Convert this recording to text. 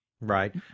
Right